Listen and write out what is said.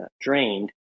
drained